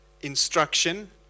instruction